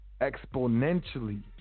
exponentially